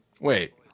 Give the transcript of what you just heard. Wait